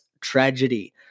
tragedy